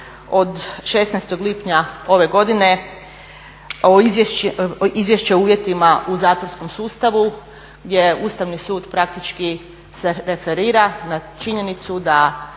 od 16. lipnja ove godine, Izvješće o uvjetima u zatvorskom sustavu gdje Ustavni sud praktički se referira na činjenicu da